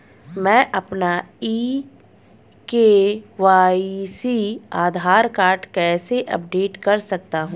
मैं अपना e KYC Aadhaar card कैसे अपडेट कर सकता हूँ?